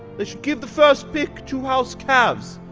they should give the first pick to house cavs,